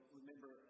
remember